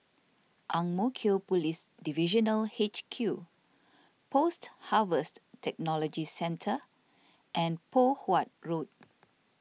Ang Mo Kio Police Divisional H Q Post Harvest Technology Centre and Poh Huat Road